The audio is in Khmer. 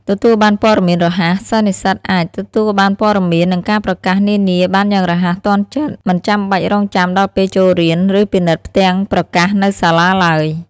ទទួលបានព័ត៌មានរហ័ស សិស្សនិស្សិតអាច ទទួលបានព័ត៌មាន និងការប្រកាសនានាបានយ៉ាងរហ័សទាន់ចិត្ត មិនចាំបាច់រង់ចាំដល់ពេលចូលរៀន ឬពិនិត្យផ្ទាំងប្រកាសនៅសាលាឡើយ។